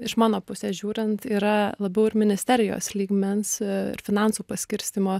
iš mano pusės žiūrint yra labiau ir ministerijos lygmens ir finansų paskirstymo